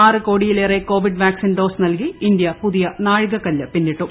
ആറ് കോടിയിലേറെ Covid vaccine dose നൽകി ഇന്ത്യ പുതിയ നാഴികകല്ല് പിന്നിട്ടു